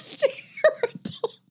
terrible